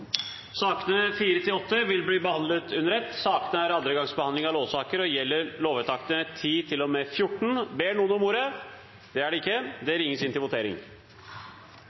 Sakene nr. 4–8 vil bli behandlet under ett. Sakene er andre gangs behandling av lover og gjelder lovvedtakene 10–14. Ingen har bedt om ordet. Før Stortinget går til votering, er det